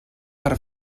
per